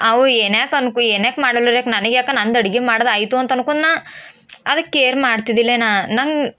ಅವ್ರು ಏನಾಕಿ ಅಂದ್ಕೊ ಏನಾಕಿ ಮಾಡಲ್ರು ನನಗೆ ಯಾಕೆ ನಂದು ಅಡುಗೆ ಮಾಡಿದ್ರೆ ಆಯಿತು ಅಂತ ಅಂದ್ಕೊಂಡು ನಾನು ಅದೇ ಕೇರ್ ಮಾಡ್ತಿದ್ದಿಲ್ಲ ನಾನು ನನ್ಗೆ